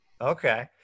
Okay